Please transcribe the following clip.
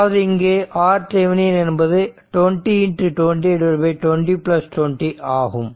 அதாவது இங்கு RThevenin என்பது 20 20 2020 ஆகும்